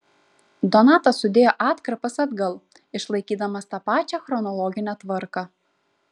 donatas sudėjo atkarpas atgal išlaikydamas tą pačią chronologinę tvarką